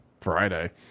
friday